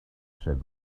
said